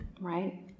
right